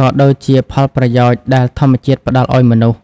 ក៏ដូចជាផលប្រយោជន៍ដែលធម្មជាតិផ្ដល់ឱ្យមនុស្ស។